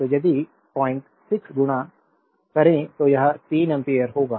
तो यदि 06 गुणा करें तो यह 3 एम्पीयर होगा